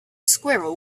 squirrel